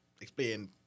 explain